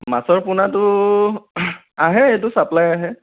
মাছৰ পোনাটো আহে এইটো চাপ্লাই আহে